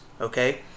okay